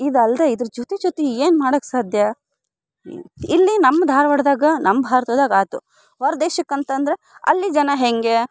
ಇದು ಅಲ್ಲದೇ ಇದ್ರ ಜೊತೆ ಜೊತೆ ಏನು ಮಾಡೋಕೆ ಸಾಧ್ಯ ಇಲ್ಲಿ ನಮ್ಮ ಧಾರವಾಡದಾಗ ನಮ್ಮ ಭಾರತದಾಗ ಆಯ್ತು ಹೊರ ದೇಶಕ್ಕೆ ಅಂತಂದ್ರೆ ಅಲ್ಲಿ ಜನ ಹೆಂಗೆ